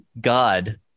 God